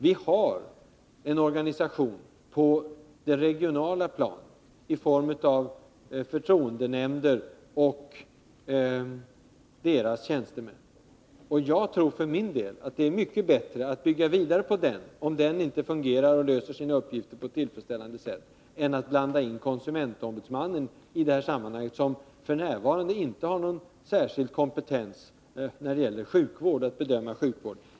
Vi har en organisation på det regionala planet i form av förtroendenämnder och deras tjänstemän. Jag tror för min del att det är mycket bättre att bygga vidare på den organisationen, om den inte fungerar och löser sina uppgifter på ett tillfredsställande sätt, än att blanda in konsumentombudsmannen i de här sammanhangen. KO har inte f. n. någon särskild kompetens när det gäller att bedöma sjukvård.